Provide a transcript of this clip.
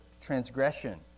transgression